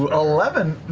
um eleven!